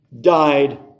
died